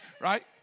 Right